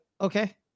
okay